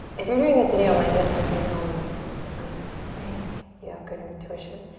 if you're doing this video my guess is you know and i'm um so um saying you have good intuition.